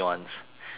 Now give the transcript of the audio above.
to talk about